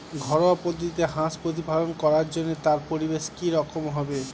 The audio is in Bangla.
ঘরোয়া পদ্ধতিতে হাঁস প্রতিপালন করার জন্য তার পরিবেশ কী রকম হবে?